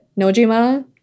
Nojima